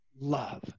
love